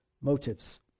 motives